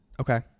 Okay